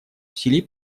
усилий